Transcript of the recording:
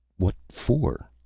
what for?